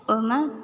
ओहिमे